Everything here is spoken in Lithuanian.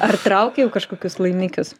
ar traukiau jau kažkokius laimikius